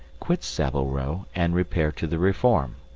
quit saville row, and repair to the reform.